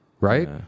right